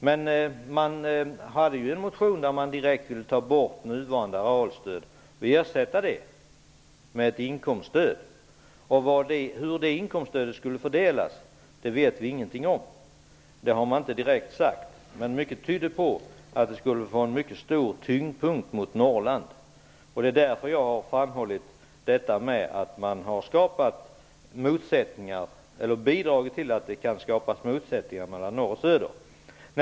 Men man hade ju en motion där man direkt ville ta bort det nuvarande arealstödet och ersätta det med ett inkomststöd, och hur det inkomststödet skulle fördelas vet vi ingenting om. Det har man inte direkt sagt, men mycket tydde på att det i hög grad skulle få sin tyngdpunkt i Norrland. Det är därför jag har framhållit att man har bidragit till att det kan komma att skapas motsättningar mellan norr och söder.